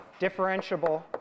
differentiable